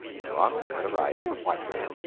no answer had arrived from whitehall.